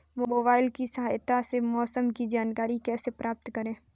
Mobile की सहायता से मौसम की जानकारी कैसे प्राप्त करें?